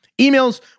emails